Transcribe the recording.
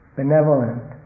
benevolent